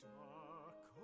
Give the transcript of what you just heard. dark